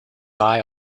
eye